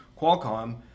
qualcomm